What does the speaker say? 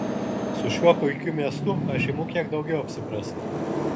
su šiuo puikiu miestu aš imu kiek daugiau apsiprasti